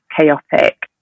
chaotic